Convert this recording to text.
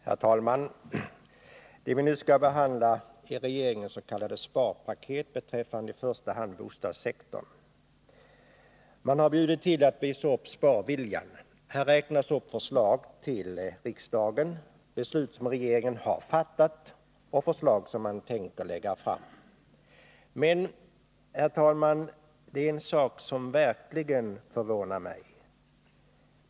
Herr talman! Det vi nu skall behandla är regeringens s.k. sparpaket beträffande i första hand bostadssektorn. Man har bjudit till att visa upp sparviljan: här räknas upp förslag till riksdagen, beslut som regeringen har fattat och förslag som man tänker lägga fram. Men, herr talman, det är en sak som i hög grad förvånar mig.